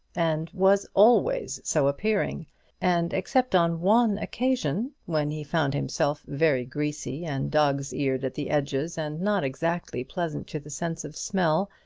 and was always so appearing and except on one occasion when he found himself, very greasy and dog's-eared at the edges, and not exactly pleasant to the sense of smell,